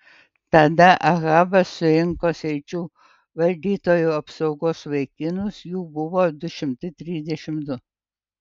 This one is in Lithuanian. tada ahabas surinko sričių valdytojų apsaugos vaikinus jų buvo du šimtai trisdešimt du